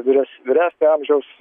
vyres vyresnio amžiaus